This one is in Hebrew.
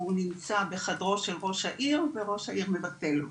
הוא נמצא בחדרו של ראש העיר וראש העיר מבטל לו,